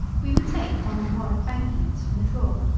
we would take one or more of the bank notes from the drawer.